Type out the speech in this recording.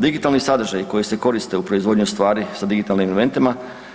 Digitalni sadržaji koji se koriste u proizvodnji ustvari sa digitalnim elementima,